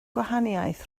gwahaniaeth